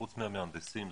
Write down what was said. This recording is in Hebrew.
חוץ מהמהנדסים,